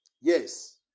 Yes